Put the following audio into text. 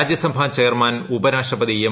രാജ്യസഭാ chairman ഉപരാഷ്ട്രപതി M